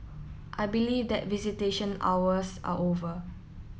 I believe that visitation hours are over